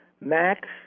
Max